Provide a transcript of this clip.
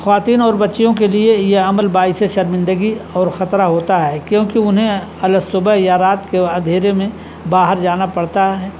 خواتین اور بچیوں کے لیے یہ عمل باعث شرمندگی اور خطرہ ہوتا ہے کیونکہ انہیں الصبح یا رات کے اندھیرے میں باہر جانا پڑتا ہے